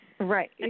Right